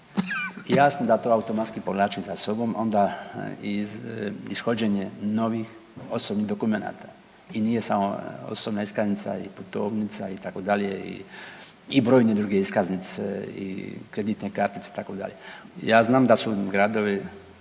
Jasno da to automatski povlači za sobom onda i ishođenje novih osobnih dokumenata i nije samo osobna iskaznica i putovnica, itd., i brojne druge iskaznice, kreditne kartice, itd., ja znam da su gradovi